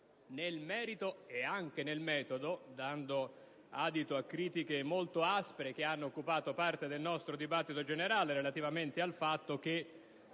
nel merito e anche nel metodo, dando adito a critiche molto aspre che hanno occupato parte della nostra discussione generale relativamente al fatto che